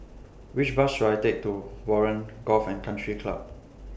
Which Bus should I Take to Warren Golf and Country Club